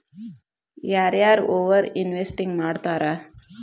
ಯಾರ ಯಾರ over investing ಮಾಡ್ತಾರಾ